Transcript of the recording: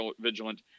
vigilant